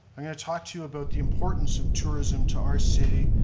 i'm going to talk to you about the importance of tourism to our city,